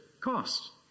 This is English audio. cost